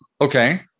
Okay